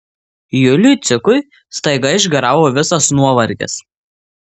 juliui cikui staiga išgaravo visas nuovargis